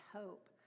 hope